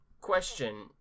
question